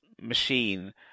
machine